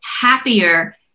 happier